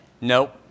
Nope